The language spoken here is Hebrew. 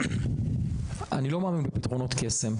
אני לא מאמין בפתרונות קסם,